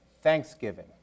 Thanksgiving